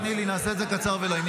טלי, תני לי, נעשה את זה קצר ולעניין.